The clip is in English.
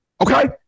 okay